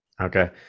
Okay